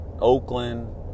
Oakland